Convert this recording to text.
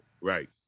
Right